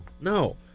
No